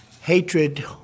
Hatred